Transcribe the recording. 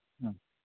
ᱦᱩᱸ